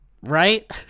Right